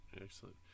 Excellent